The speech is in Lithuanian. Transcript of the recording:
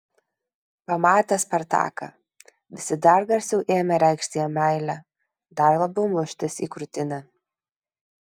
pamatę spartaką visi dar garsiau ėmė reikšti jam meilę dar labiau muštis į krūtinę